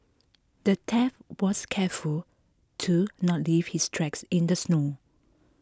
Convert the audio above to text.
the thief was careful to not leave his tracks in the snow